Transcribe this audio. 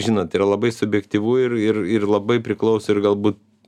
žinot yra labai subjektyvu ir ir ir labai priklauso ir galbūt